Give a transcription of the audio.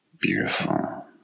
beautiful